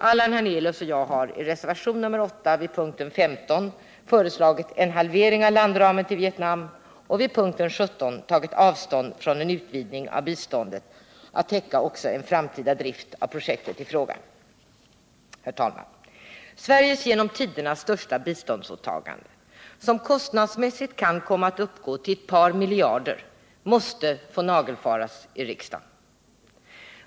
Allan Hernelius och jag har i reservationen 8 vid punkten 15 föreslagit en halvering av landramen till Vietnam och vid punkten 17 tagit avstånd från en utvidgning av biståndet till att täcka också en framtida drift av projekten i fråga. Herr talman! Sveriges genom tiderna största biståndsåtagande, som kostnadsmässigt kan komma att uppgå till ett par miljarder, måste få nagelfaras i riksdagen.